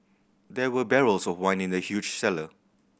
there were barrels of wine in the huge cellar